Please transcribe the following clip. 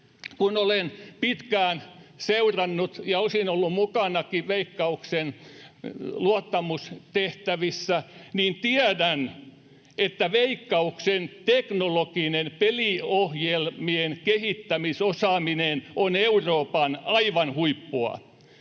Kun olen pitkään seurannut ja osin ollut mukanakin Veikkauksen luottamustehtävissä, niin tiedän, että Veikkauksen teknologinen peliohjelmien kehittämisosaaminen on aivan Euroopan huippua,